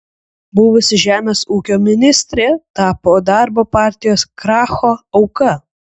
buvusi žemės ūkio ministrė tapo darbo partijos kracho auka